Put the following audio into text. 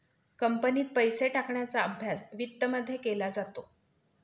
कंपनीत पैसे टाकण्याचा अभ्यास वित्तमध्ये केला जातो